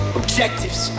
objectives